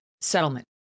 settlement